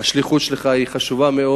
השליחות שלך היא חשובה מאוד.